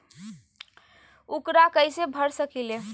ऊकरा कैसे भर सकीले?